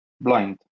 blind